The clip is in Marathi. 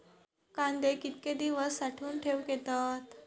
कांदे कितके दिवस साठऊन ठेवक येतत?